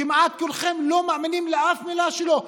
כמעט כולכם לא מאמינים לאף מילה שלו,